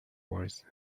was